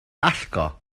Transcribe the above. allgo